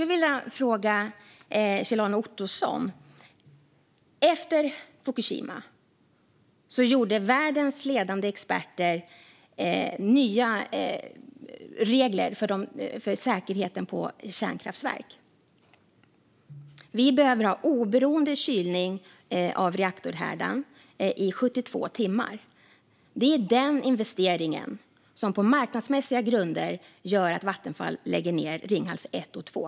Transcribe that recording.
Efter Fukushima gjorde världens ledande experter nya regler för säkerheten på kärnkraftverk. Vi behöver ha oberoende kylning av reaktorhärden i 72 timmar. Det är den investeringen som på marknadsmässiga grunder gör att Vattenfall lägger ned Ringhals 1 och 2.